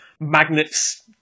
magnets